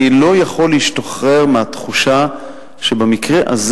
אני לא יכול להשתחרר מהתחושה שבמקרה הזה